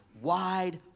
wide